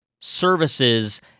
services